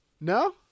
No